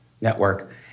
network